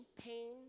pain